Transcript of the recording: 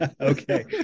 Okay